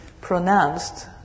pronounced